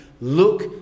look